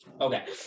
Okay